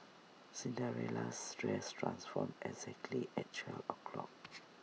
Cinderella's dress transformed exactly at twelve o' clock